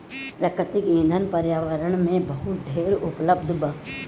प्राकृतिक ईंधन पर्यावरण में बहुत ढेर उपलब्ध बा